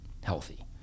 healthy